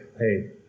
hey